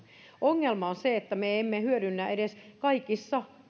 ongelma on se että me emme hyödynnä edes kaikissa